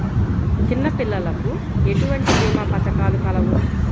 చిన్నపిల్లలకు ఎటువంటి భీమా పథకాలు కలవు?